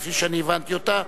כפי שאני הבנתי אותה,